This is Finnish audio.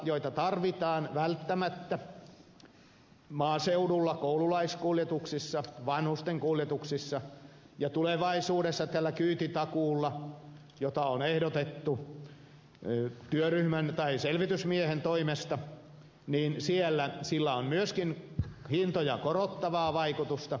tilatakseja tarvitaan välttämättä maaseudulla koululaiskuljetuksissa vanhusten kuljetuksissa ja tulevaisuudessa tällä kyytitakuulla jota on ehdotettu selvitysmiehen toimesta on myöskin hintoja korottavaa vaikutusta